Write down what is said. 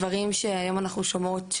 דברים שהיום שנשים חילוניות,